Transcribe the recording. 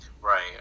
Right